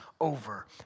over